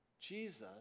Jesus